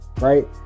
right